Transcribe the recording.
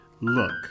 Look